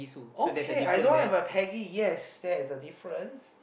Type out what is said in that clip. okay I don't have a Peggy yes there is a difference